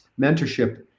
mentorship